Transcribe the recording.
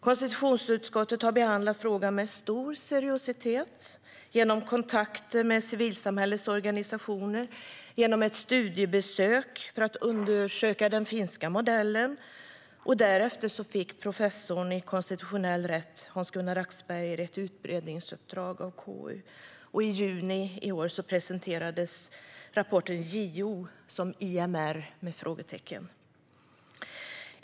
Konstitutionsutskottet har behandlat frågan med stor seriositet genom kontakter med civilsamhällets organisationer och genom ett studiebesök för att undersöka den finska modellen. Därefter fick professorn i konstitutionell rätt Hans-Gunnar Axberger ett utredningsuppdrag av KU. I juni i år presenterades rapporten JO som IMR?